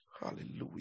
Hallelujah